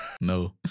No